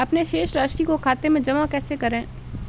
अपने शेष राशि को खाते में जमा कैसे करें?